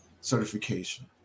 certification